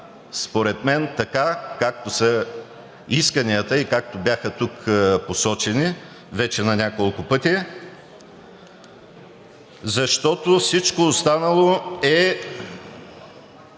според мен така, както са исканията и както бяха тук посочени вече на няколко пъти, защото всичко останало може